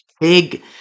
big